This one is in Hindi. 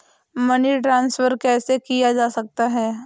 मनी ट्रांसफर कैसे किया जा सकता है?